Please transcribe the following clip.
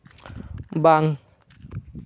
ᱵᱟᱝ